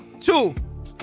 Two